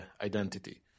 identity